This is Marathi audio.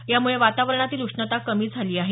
यामुळे वातावरणातील उष्णता कमी झाली आहे